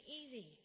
easy